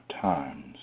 times